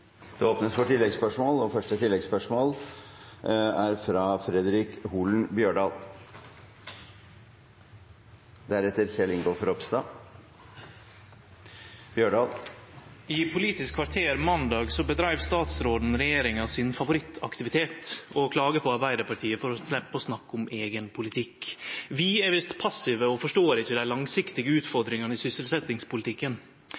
Fredric Holen Bjørdal. I Politisk kvarter måndag dreiv statsråden med favorittaktiviteten til regjeringa: å klage på Arbeidarpartiet for å sleppe å snakke om eigen politikk. Vi er visst passive og forstår ikkje dei langsiktige